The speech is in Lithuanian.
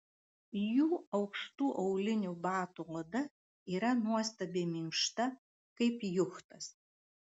jų aukštų aulinių batų oda yra nuostabiai minkšta kaip juchtas